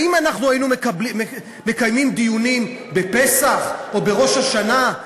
האם אנחנו היינו מקיימים דיונים בפסח או בראש השנה?